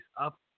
up